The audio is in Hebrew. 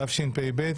התשפ"ב,